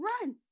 run